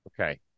Okay